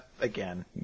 again